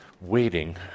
waiting